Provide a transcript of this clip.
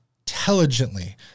intelligently